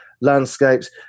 landscapes